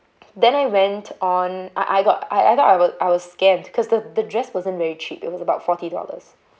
then I went on I I got I either I will I was scared because the the dress wasn't very cheap it was about forty dollars